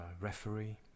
referee